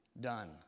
done